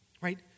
right